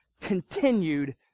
continued